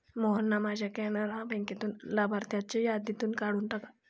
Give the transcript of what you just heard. मोहनना माझ्या कॅनरा बँकेतून लाभार्थ्यांच्या यादीतून काढून टाका